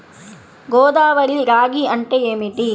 గోదావరి రాగి అంటే ఏమిటి?